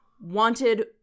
wanted